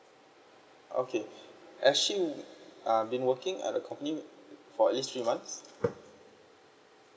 okay has she um been working at her company for at least three months